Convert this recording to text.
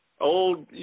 old